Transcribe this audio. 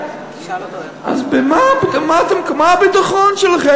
אז במה, מה הביטחון שלכם?